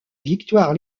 victoire